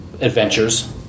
adventures